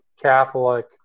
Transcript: Catholic